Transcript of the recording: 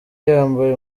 yambaye